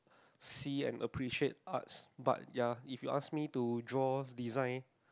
see and appreciate arts but ya if you ask me to draw design